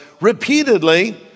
repeatedly